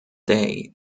day